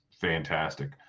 fantastic